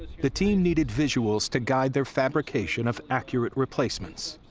the team needed visuals to guide their fabrication of accurate replacements.